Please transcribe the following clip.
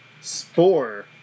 Spore